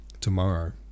tomorrow